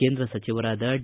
ಕೇಂದ್ರ ಸಚಿವರಾದ ಡಿ